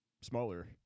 smaller